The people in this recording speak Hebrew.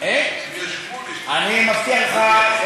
אני מבטיח לך,